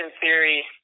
theory